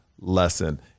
lesson